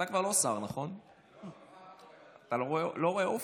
אתה לא רואה אופק?